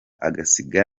agasiga